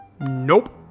Nope